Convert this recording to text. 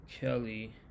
Kelly